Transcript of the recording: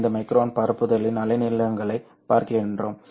5 micron பரப்புதலின் அலைநீளங்களைப் பார்க்கிறோம்